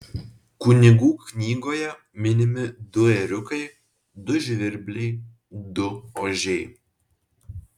kunigų knygoje minimi du ėriukai du žvirbliai du ožiai